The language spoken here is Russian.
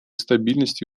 стабильности